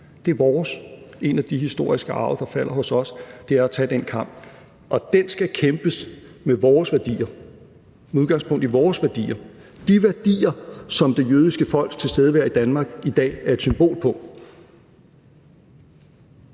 Det er en del af den historiske arv, der falder hos os, at tage den kamp, og den skal kæmpes med udgangspunkt i vores værdier, de værdier, som det jødiske folks tilstedeværelse i Danmark i dag er et symbol på.